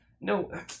no